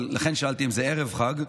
לכן שאלתי אם זה ערב חג.